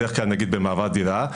בדרך כלל במעבר דירה,